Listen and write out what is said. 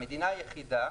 המדינה היחידה